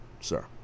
sir